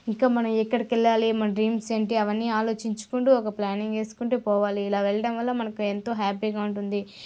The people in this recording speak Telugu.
ఇంకా మన ఎక్కడికి వెళ్లాలి మన డ్రీమ్స్ ఏంటి అవన్నీ ఆలోచించుకుంటూ ఒక ప్లానింగ్ వేసుకుంటూ పోవాలి ఇలా వెళ్లడం వల్ల మనకెంతో హ్యాపీగా ఉంటుంది